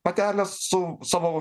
patelės su savo